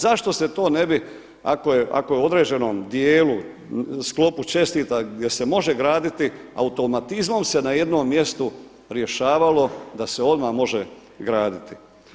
Zašto se to ne bi ako je u određenom dijelu u sklopu čestica gdje se može graditi automatizmom se na jednom mjestu rješavalo da se odmah može graditi.